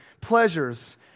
pleasures